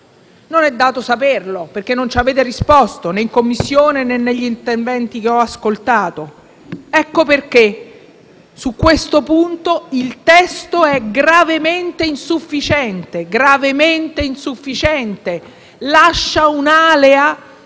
Non è dato saperlo, perché non ci avete risposto, né in Commissione, né negli interventi che ho ascoltato in Assemblea. Ecco perché su questo punto il testo è gravemente insufficiente e lascia un'*alea*